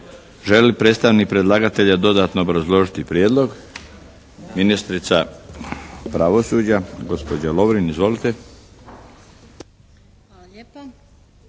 li predstavnik predlagatelja dodatno obrazložiti prijedlog? Ministrica pravosuđa gospođa Lovrin. Izvolite.